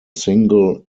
single